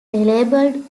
labelled